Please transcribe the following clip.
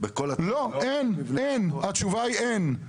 אין אין, התשובה היא אין.